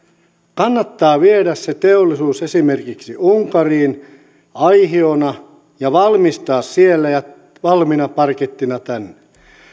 kannattaa viedä se teollisuus esimerkiksi unkariin aihiona ja valmistaa siellä ja tuoda valmiina parkettina